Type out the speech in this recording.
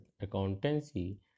Accountancy